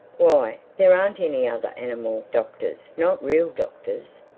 why, there aren't any other animal-doctors not real doctors.